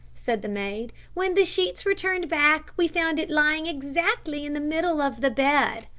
said the maid. when the sheets were turned back we found it lying exactly in the middle of the bed.